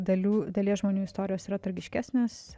dalių dalies žmonių istorijos yra tragiškesnės